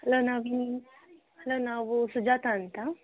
hello ನಾವೀ ನ್ hello ನಾವು ಸುಜಾತಾ ಅಂತ